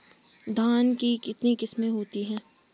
धान की कितनी किस्में होती हैं?